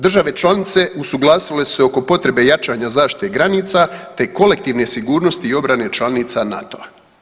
Države članice usuglasile su se oko potrebe jačanja zaštite granice te kolektivne sigurnosti i obrane članica NATO-a.